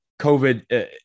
covid